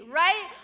right